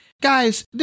guys